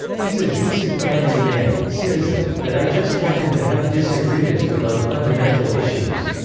he's a decent family man, citizen, that i just happen to have disagreements with on fundamental issues.